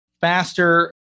faster